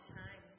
time